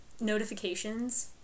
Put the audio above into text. notifications